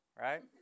right